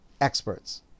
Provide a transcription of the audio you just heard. experts